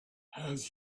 has